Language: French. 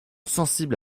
sensible